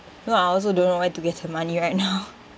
no I also don't know where to get the money right now